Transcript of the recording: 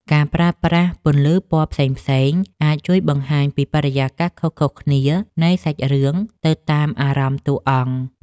ការប្រើប្រាស់ពន្លឺពណ៌ផ្សេងៗអាចជួយបង្ហាញពីបរិយាកាសខុសៗគ្នានៃសាច់រឿងទៅតាមអារម្មណ៍តួអង្គ។